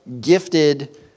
gifted